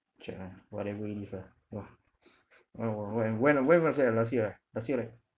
check lah whatever it is ah !wah! when when when when was that ah last year ah last year right